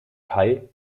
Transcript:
kai